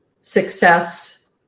success